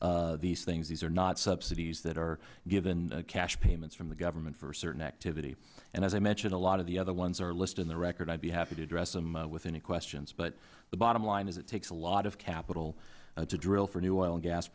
expensing these things these are not subsidies that are given cash payments from the government for certain activities and as i mentioned a lot of the other ones are listed in the record i'd be happy to address those with any questions but the bottom line is it takes a lot of capital to drill for new oil and gas